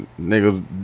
Niggas